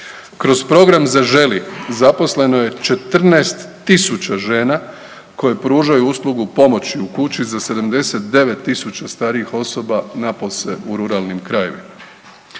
Kroz program Zaželi zaposleno je 14.000 žena koje pružaju uslugu pomoći u kući za 79.000 starijih osoba napose u ruralnim krajevima.